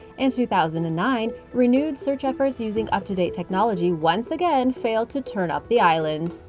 in two thousand and nine, renewed search efforts using up-to-date technology once again failed to turn up the island.